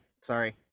Sorry